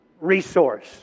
resource